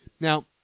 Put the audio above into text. Now